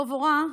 טוב או רע,